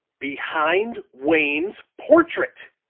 behind wayne's portrait!